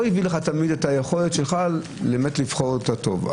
תמיד הביא לך את היכולת שלך באמת לבחור את הטוב.